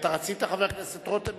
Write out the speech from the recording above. אתה רצית, חבר הכנסת רותם?